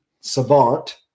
savant